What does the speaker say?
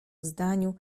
zdaniu